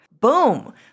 Boom